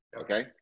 okay